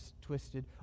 twisted